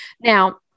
Now